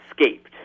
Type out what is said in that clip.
escaped